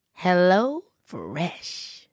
HelloFresh